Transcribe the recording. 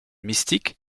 mystique